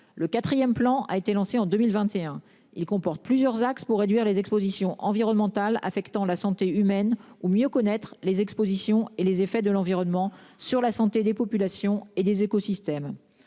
le 4ème plan a été lancée en 2021, il comporte plusieurs axes pour réduire les expositions environnementales affectant la santé humaine ou mieux connaître les expositions et les effets de l'environnement sur la santé des populations et des écosystèmes.